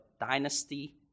dynasty